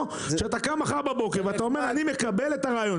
או שאתה קם מחר בבוקר ואומר: אני מקבל את הרעיון.